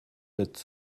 lecz